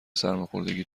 سرماخوردگی